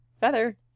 Feather